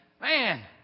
man